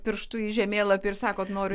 pirštu į žemėlapį ir sakot noriu